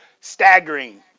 staggering